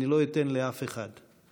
אני לא אתן לאף אחד,